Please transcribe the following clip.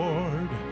Lord